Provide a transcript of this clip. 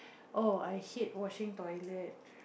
oh I hate washing toilet